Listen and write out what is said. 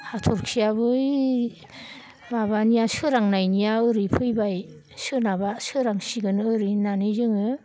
हाथरखियाबो ओइ माबानिया सोरांनायनिया ओरै फैबाय सोनाबहा सोरांसिगोन ओरै होननानै जोङो